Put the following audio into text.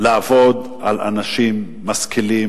אי-אפשר היום לעבוד על אנשים משכילים